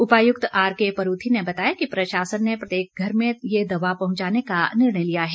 उपायुक्त आरके परूथी ने बताया कि प्रशासन ने प्रत्येक घर में तक ये दवा पहुंचाने का निर्णय लिया है